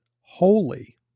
holy